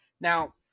Now